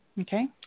Okay